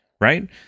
Right